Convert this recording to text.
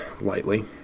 lightly